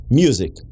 music